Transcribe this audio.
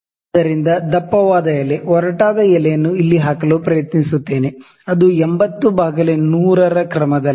ಆದ್ದರಿಂದ ದಪ್ಪವಾದ ಎಲೆ ಒರಟಾದ ಎಲೆಯನ್ನು ಇಲ್ಲಿ ಹಾಕಲು ಪ್ರಯತ್ನಿಸುತ್ತೇನೆ ಅದು 80 ಬೈ 100 ರ ಕ್ರಮದಲ್ಲಿದೆ